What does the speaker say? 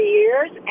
years